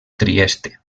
trieste